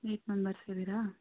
eight members ಇದ್ದೀರಾ